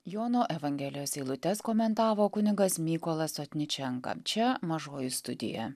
jono evangelijos eilutes komentavo kunigas mykolas sotničenka čia mažoji studija